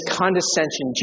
condescension